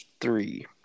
three